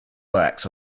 works